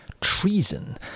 treason